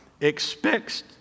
expects